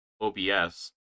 OBS